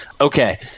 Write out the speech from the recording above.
Okay